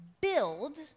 build